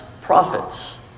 prophets